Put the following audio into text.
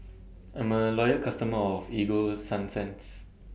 I'm A Loyal customer of Ego Sunsense